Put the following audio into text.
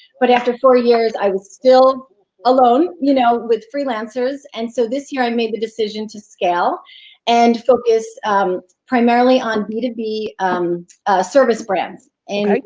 but after four years i was still alone you know with freelancers and so this year i made the decision to scale and focus primarily on b two b service brands and like